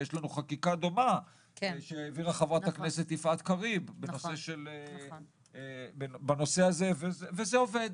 ויש לנו חקיקה דומה שהעבירה חברת הכנסת יפעת קריב בנושא הזה וזה עובד.